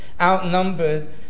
outnumbered